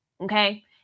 okay